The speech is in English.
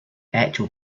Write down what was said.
actual